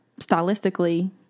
stylistically